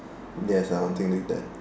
yes something like that